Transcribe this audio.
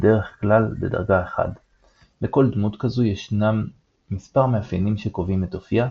בדרך כלל בדרגה 1. לכל דמות כזו ישנם מספר מאפיינים שקובעים את אופייה,